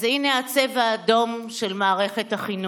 אז הינה "הצבע האדום" של מערכת החינוך: